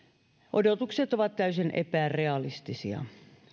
ovat täysin epärealistisia